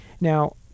Now